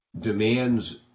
demands